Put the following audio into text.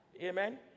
amen